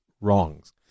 wrongs